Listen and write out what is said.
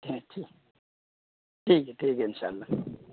thank you ٹھیک ہے ٹھیک ہے ان شاء اللہ